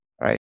right